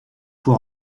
pour